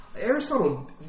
Aristotle